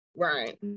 Right